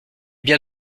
bien